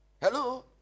Hello